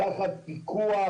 תחת פיקוח,